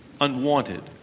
unwanted